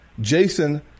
Jason